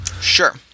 Sure